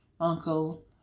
uncle